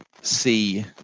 see